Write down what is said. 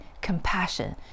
compassion